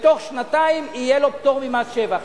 בתוך שנתיים, יהיה לו פטור ממס שבח.